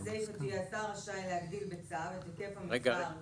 אנחנו רואים איך יש פתרונות יצירתיים להרחיב את הענף על חשבוננו.